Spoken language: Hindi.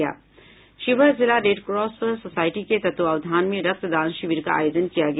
शिवहर जिला रेडक्रॉस सोसायटी के तत्वावधान में रक्तदान शिविर का आयोजन किया गया